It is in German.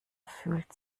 fühlt